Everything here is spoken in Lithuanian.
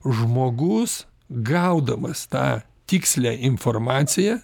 žmogus gaudamas tą tikslią informaciją